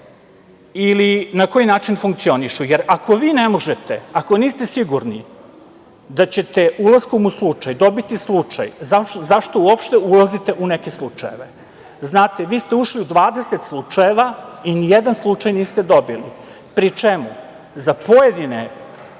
ili na koji način funkcionišu? Ako vi ne možete, ako niste sigurni da ćete ulaskom u slučaj dobiti slučaj zašto uopšte ulazite u neke slučajeve? Znate, vi ste ušli u 20 slučajeva i nijedan slučaj niste dobili, pri čemu za određene